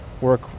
work